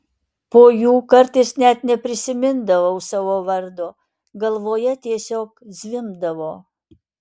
po jų kartais net neprisimindavau savo vardo galvoje tiesiog zvimbdavo